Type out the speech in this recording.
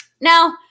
Now